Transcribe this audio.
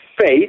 faith